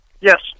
Yes